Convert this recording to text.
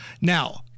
Now